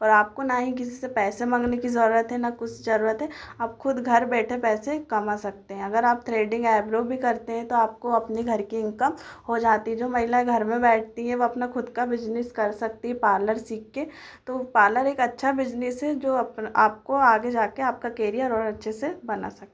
और आपको ना ही किसी से पैसा माँगने की ज़रुरत है ना कुछ ज़रुरत है आप खुद घर बैठे पैसे कमा सकते हैं अगर आप थ्रेडिंग आइब्रो भी करते हैं तो आपको अपने घर के इनकम हो जाती है जो महिला घर में बैठती हैं वह अपना खुद का बिजनिस कर सकती है पार्लर सीख कर तो पार्लर एक अच्छा बिजनिस है जो अपन आपको आगे जाकर आपका केरियर और अच्छे से बना सके